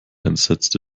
entsetzte